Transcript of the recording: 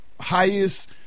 highest